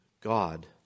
God